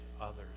others